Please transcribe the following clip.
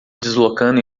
deslocando